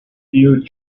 few